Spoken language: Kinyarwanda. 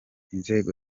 inzego